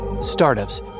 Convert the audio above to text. Startups